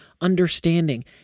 understanding